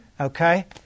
okay